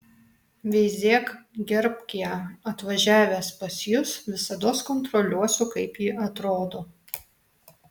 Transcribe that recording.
veizėk gerbk ją atvažiavęs pas jus visados kontroliuosiu kaip ji atrodo